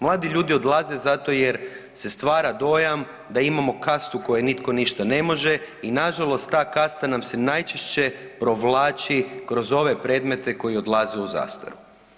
Mladi ljudi odlaze zato jer se stvara dojam da imamo kastu kojoj nitko ništa ne može i nažalost ta kasta nam se najčešće provlači kroz ove predmete koji odlaze u zastaru.